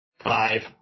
Five